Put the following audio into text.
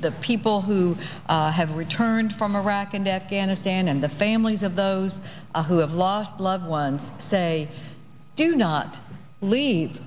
the people who have returned from iraq and afghanistan and the families of those who have lost loved ones say do not leave